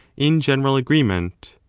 in general agreement.